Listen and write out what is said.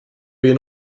been